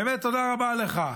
באמת תודה רבה לך.